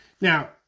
Now